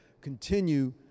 continue